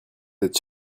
êtes